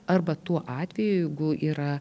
arba tuo atveju jeigu yra